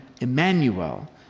Emmanuel